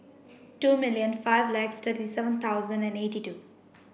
two million five lakh thirty seven thousand and eighty two